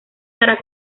para